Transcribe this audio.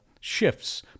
shifts